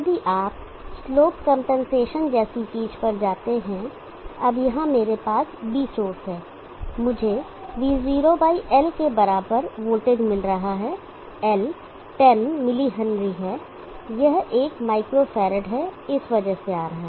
यदि आप slope compensation जैसी चीज़ पर जाते हैं अब यहां मेरे पास B सोर्स है मुझे V0 L के बराबर वोल्टेज मिल रहा है L 10 mH है यह 1 माइक्रो फेरड इस वजह से आ रहा है